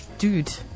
Dude